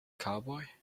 cowboy